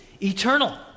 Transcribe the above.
eternal